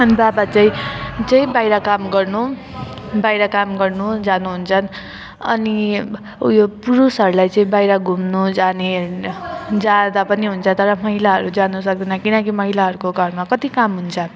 अनि बाबा चाहिँ जेही बाहिर काम गर्नु बाहिर काम गर्नु जानुहुन्छ अनि उयो पुरुषहरूलाई चाहिँ बाहिर घुम्नु जाने होइन जाँदा पनि हुन्छ तर महिलाहरू जानु सक्दैन किनकि महिलाहरूको घरमा कति काम हुन्छ